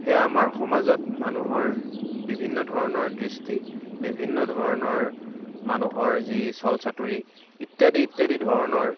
সেয়া আমাৰ সমাজত মানুহৰ বিভিন্ন ধৰণৰ দৃষ্টি বিভিন্ন ধৰণৰ মানুহৰ যি চল চাতুৰি ইত্যাদি ইত্যাদি ধৰণৰ